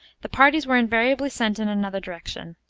the parties were invariably sent in another direction.